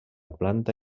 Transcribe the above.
planta